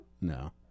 No